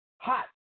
hot